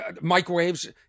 microwaves